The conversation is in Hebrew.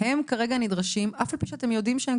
ויש את ההנחה הזאת גם שם,